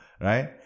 right